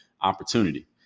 opportunity